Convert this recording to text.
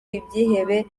ibyihebe